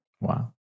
Wow